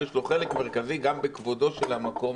יש לו חלק מרכזי גם בכבודו של המקום,